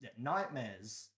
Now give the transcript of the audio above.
nightmares